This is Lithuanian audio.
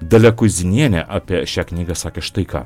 dalia kuizinienė apie šią knygą sakė štai ką